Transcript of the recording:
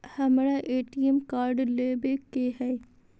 हमारा ATM card लेव के हई